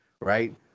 Right